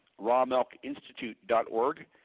rawmilkinstitute.org